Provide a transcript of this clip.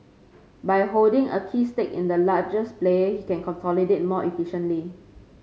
by holding a key stake in the largest player he can consolidate more efficiently